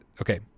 Okay